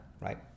right